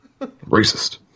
Racist